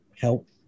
help